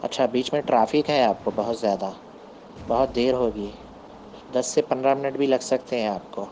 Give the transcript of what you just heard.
اچھا بیچ میں ٹرافک ہے آپ کو بہت زیادہ بہت دیر ہوگئی دس سے پندرہ منٹ بھی لگ سکتے ہیں آپ کو